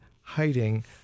hiding